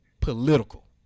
political